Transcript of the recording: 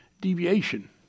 deviation